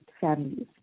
families